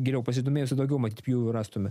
geriau pasidomėjus ir daugiau matyt jų rastume